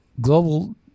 global